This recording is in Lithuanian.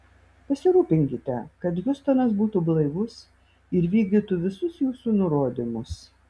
pasirūpinkite kad hiustonas būtų blaivus ir vykdytų visus jūsų nurodymus